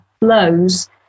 blows